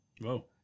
Whoa